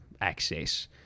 access